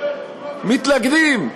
מתנגדים.